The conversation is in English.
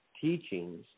teachings